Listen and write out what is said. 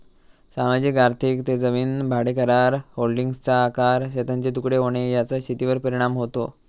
सामाजिक आर्थिक ते जमीन भाडेकरार, होल्डिंग्सचा आकार, शेतांचे तुकडे होणे याचा शेतीवर परिणाम होतो